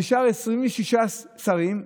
נשארו 26 שרים,